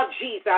Jesus